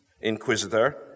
Inquisitor